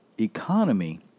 economy